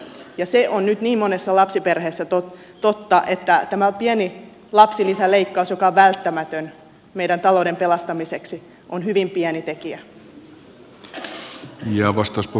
ja se on nyt niin monessa lapsiperheessä totta että tämä pieni lapsilisäleikkaus joka on välttämätön meidän taloutemme pelastamiseksi on hyvin pieni tekijä